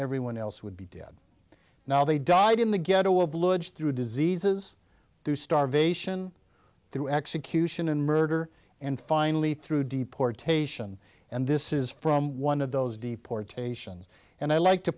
everyone else would be dead now they died in the ghetto of luggage through diseases through starvation through execution and murder and finally through deportation and this is from one of those deportations and i like to